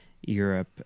Europe